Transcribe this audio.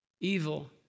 Evil